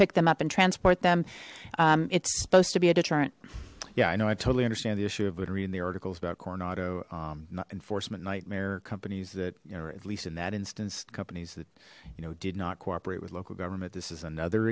pick them up and transport them it's supposed to be a deterrent yeah i know i totally understand the issue of but reading the articles about coronado not enforcement nightmare companies that you know at least in that instance companies that you know did not cooperate with local government this is another